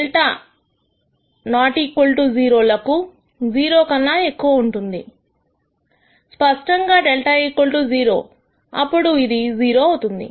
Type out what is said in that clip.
0 లకు 0 కన్నా ఎక్కువ ఉంటుంది స్పష్టంగా δ 0 అప్పుడు ఇది 0 అవుతుంది